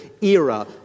era